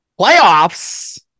Playoffs